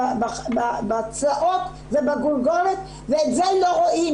בצלעות ובגולגולת ואת זה רואים.